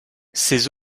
ses